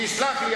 תסלח לי,